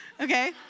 okay